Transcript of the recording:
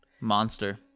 monster